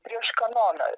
prieš kanoną